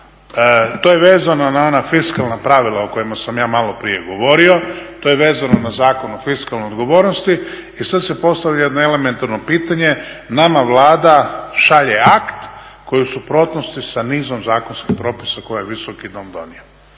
To je vezano na ona fiskalna pravila o kojima sam ja maloprije govorio, to je vezano na Zakon o fiskalnoj odgovornosti. I sad se postavlja jedno elementarno pitanje, nama Vlada šalje akt koji je u suprotnosti sa nizom zakonskih propisa koje je ovaj Visoki dom donio.